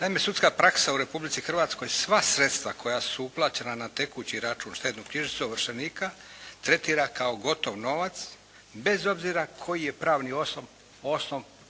Naime, sudska praksa u Republici Hrvatskoj sva sredstva koja su uplaćena na tekući račun, štednu knjižicu ovršenika tretira kao gotov novac bez obzira koji je pravni osnov tih primanja.